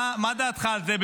מה דעתך על זה?